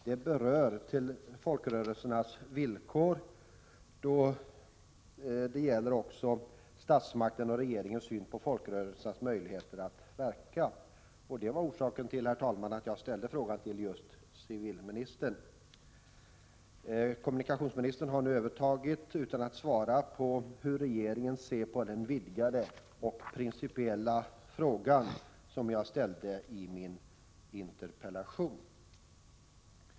Det gäller folkrörelsernas villkor, och det gäller också statsmakternas och regeringens syn på folkrörelsernas möjligheter att verka. Det var, herr talman, orsaken till att jag ställde min fråga till just civilministern. Kommunikationsministern har nu tagit över, utan att svara på hur regeringen ser på den vidgade och principiella fråga som jag ställde i min interpellation.